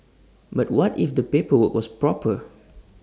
but what if the paperwork was proper